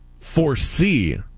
foresee